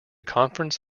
conference